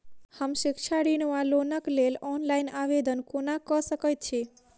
हम शिक्षा ऋण वा लोनक लेल ऑनलाइन आवेदन कोना कऽ सकैत छी?